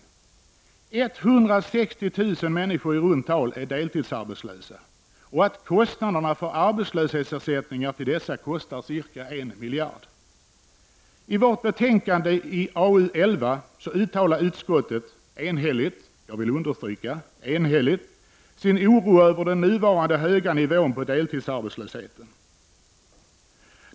I runt tal 160 000 människor är deltidsarbetslösa. Arbetslöshetsersättningar till dessa kostar ca 1 miljard. I vårt betänkande AU11 uttalade utskottet enhälligt sin oro över den nuvarande höga nivån på deltidsarbetslösheten.